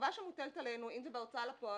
החובה שמוטלת עלינו אם זה בהוצאה לפועל